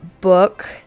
book